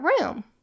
room